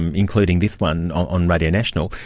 um including this one on radio national,